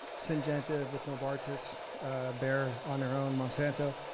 syngenta with novartis bear on their own monsanto